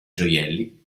gioielli